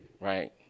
right